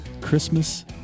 Christmas